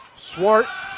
swart